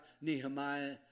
Nehemiah